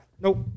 nope